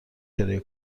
کرایه